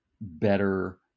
better